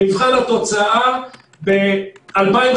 במבחן התוצאה ב-2015,